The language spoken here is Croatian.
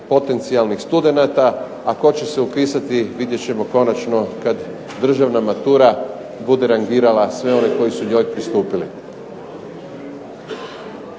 potencijalnih studenata, a tko će se upisati vidjet ćemo kad državna matura bude rangirala sve one koji su njoj pristupili.